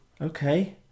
okay